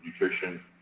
nutrition